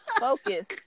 focus